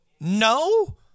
No